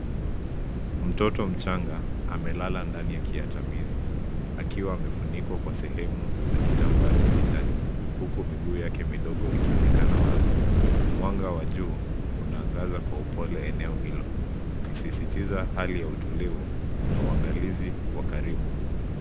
Mtoto mchanga, amelala ndani ya kiatamizi, akiwa amefunikwa kwa sehemu na kitambaa cha kijani, huku miguu yake midogo ikionekana wazi, mwanga wa juu, unaangaza kwa upole eneo hilo, ukisisitiza hali ya utulivu, na uangalizi, wa karibu.